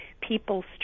people's